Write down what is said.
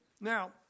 now